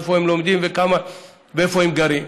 איפה הם לומדים ואיפה הם גרים?